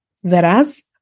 Whereas